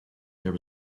there